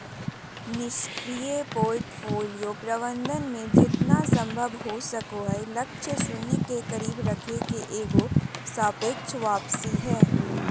निष्क्रिय पोर्टफोलियो प्रबंधन मे जेतना संभव हो सको हय लक्ष्य शून्य के करीब रखे के एगो सापेक्ष वापसी हय